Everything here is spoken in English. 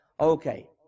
Okay